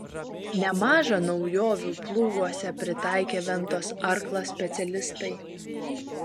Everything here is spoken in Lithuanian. nemaža naujovių plūguose pritaikė ventos arklas specialistai